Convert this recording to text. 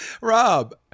Rob